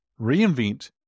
reinvent